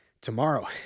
Tomorrow